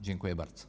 Dziękuję bardzo.